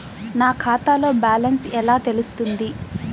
నా ఖాతాలో బ్యాలెన్స్ ఎలా తెలుస్తుంది?